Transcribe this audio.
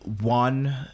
one